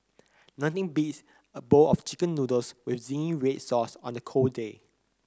nothing beats a bowl of chicken noodles with zingy red sauce on a cold day